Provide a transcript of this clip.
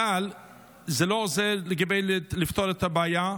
אבל זה לא עוזר לפתור את הבעיה.